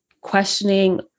questioning